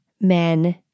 Men